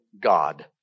God